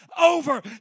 over